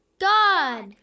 God